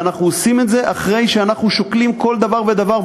ואנחנו עושים את זה אחרי שאנחנו שוקלים כל דבר ודבר.